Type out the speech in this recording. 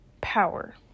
power